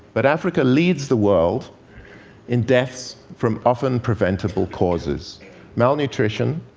but africa leads the world in deaths from often preventable causes malnutrition,